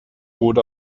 ruht